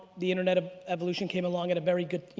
the internet ah evolution came along. at a very good,